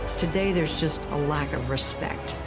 today there's just a lack of respect.